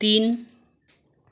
तिन